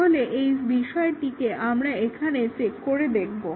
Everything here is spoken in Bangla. তাহলে এই বিষয়টি আমরা এখানে চেক করে দেখব